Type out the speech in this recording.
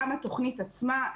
גם התוכנית עצמה,